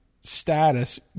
status